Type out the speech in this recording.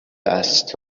است